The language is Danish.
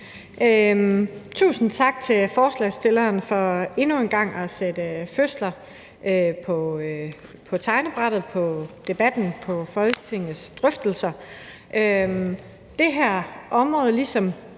Tusind tak til forslagsstillerne for endnu en gang at sætte fødsler på tegnebrættet i debatten i Folketingets drøftelser.